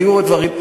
היו עוד דברים,